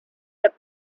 that